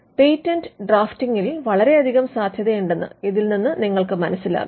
patent ഡ്രാഫ്റ്റിംഗിൽ വളരെയധികം സാധ്യതയുണ്ടെന്ന് ഇതിൽ നിന്ന് നിങ്ങൾക്ക് മനസിലാകും